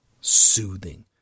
soothing